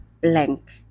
blank